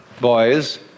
boys